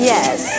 Yes